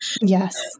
yes